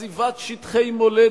של עזיבת שטחי מולדת,